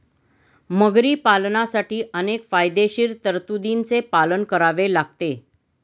मगरी पालनासाठी अनेक कायदेशीर तरतुदींचे पालन करावे लागते